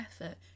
effort